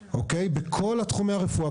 בכל תחומי הרפואה,